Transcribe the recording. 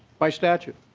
by statute.